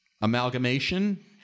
amalgamation